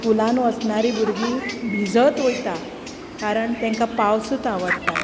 स्कुलांत वसणारी भुरगीं भिजत वयता कारण तेंकां पावसूत आवाडटा